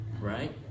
Right